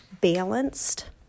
balanced